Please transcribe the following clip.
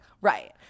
right